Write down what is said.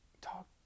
Talk